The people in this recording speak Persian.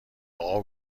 اقا